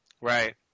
Right